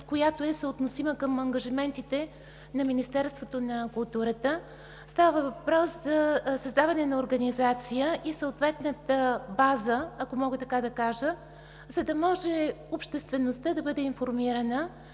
която е съотносима към ангажиментите на Министерството на културата. Става въпрос за създаване на организация и съответна база, ако мога така да кажа, за да може обществеността да бъде информирана